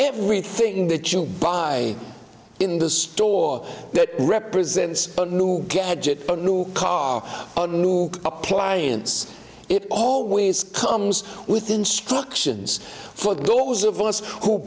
everything that you buy in the store that represents a new gadget a new car a new appliance it always comes with instructions for those of us who